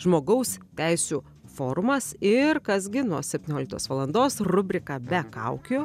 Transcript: žmogaus teisių forumas ir kas gi nuo septynioliktos valandos rubrika be kaukių